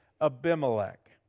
Abimelech